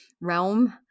realm